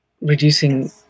reducing